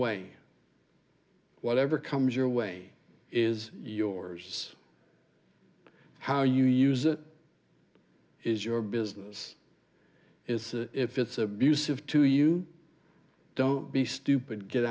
way whatever comes your way is yours how you use it is your business is if it's abusive to you don't be stupid get